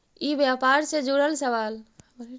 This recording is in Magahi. ई व्यापार से जुड़ल सवाल?